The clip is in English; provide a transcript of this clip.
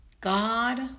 God